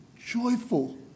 joyful